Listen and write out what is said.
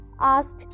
asked